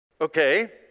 Okay